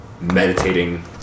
meditating